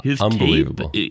unbelievable